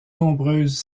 nombreuses